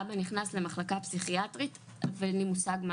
אבא נכנס למחלקה פסיכיאטרית ואין לי מושג מה